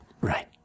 Right